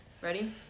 Ready